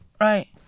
Right